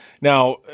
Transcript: Now